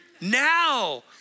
Now